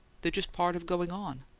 they're just part of going on.